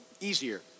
easier